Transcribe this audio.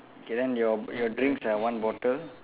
okay then your your drinks are one bottle